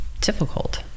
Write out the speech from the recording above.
difficult